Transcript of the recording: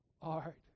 art